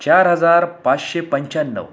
चार हजार पाचशे पंच्याण्णव